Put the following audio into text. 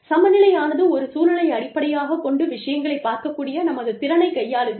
சமநிலை ஆனது ஒரு சூழலை அடிப்படையாகக் கொண்டு விஷயங்களை பார்க்கக்கூடிய நமது திறனைக் கையாளுகிறது